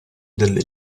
delle